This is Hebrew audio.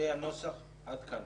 זה הנוסח עד כאן.